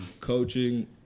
Coaching